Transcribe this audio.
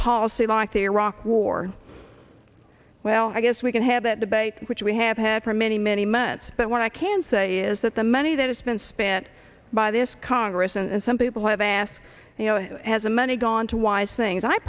policy like the iraq war well i guess we can have that debate which we have had for many many months but what i can say is that the money that has been spent by this congress and some people have asked you know has the money gone to wise things i